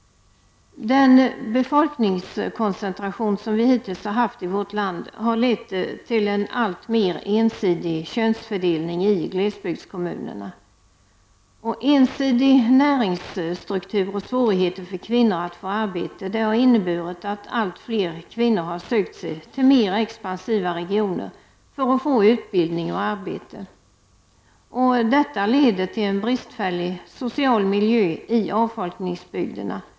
Den befolkningskoncentration som vi hittills har haft i vårt land har lett till en alltmer ensidig könsfördelning i glesbygdskommunerna. Ensidig näringsstruktur och svårigheter för kvinnor att få arbete har inneburit att allt fler kvinnor sökt sig till mer expansiva regioner för att få utbildning och arbete. Detta leder till en bristfällig social miljö i avfolkningsbygderna.